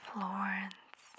Florence